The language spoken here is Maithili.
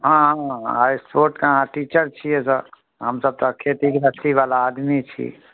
हँ हँ एहि स्पोर्टके अहाँ टीचर छियै सर हमसभ तऽ खेती गृहस्थीवला आदमी छी